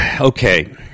okay